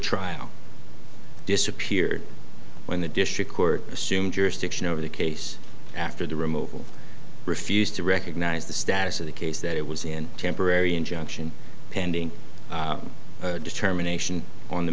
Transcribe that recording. trial disappeared when the district court assumed jurisdiction over the case after the removal refused to recognize the status of the case that it was in a temporary injunction pending a determination on the